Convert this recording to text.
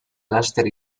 laster